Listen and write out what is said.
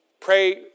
pray